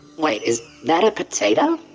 wait. is that a potato!